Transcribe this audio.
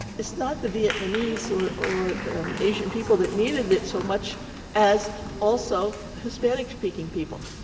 it's not the vietnamese or or asian people that needed it so much as also hispanic-speaking people.